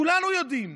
כולנו יודעים